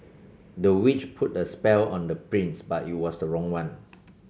the witch put a spell on the prince but it was wrong one